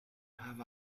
have